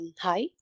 hi